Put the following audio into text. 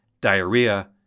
diarrhea